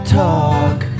talk